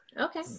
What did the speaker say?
Okay